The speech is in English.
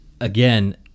again